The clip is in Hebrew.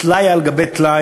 טלאי על טלאי,